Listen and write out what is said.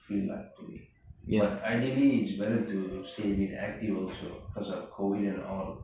feel like doing but ideally it's better to stay a bit active also cause of COVID and all